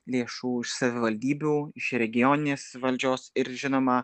lėšų iš savivaldybių iš regioninės valdžios ir žinoma